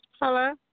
Hello